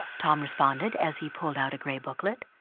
tom responded, as he pulled out a gray booklet.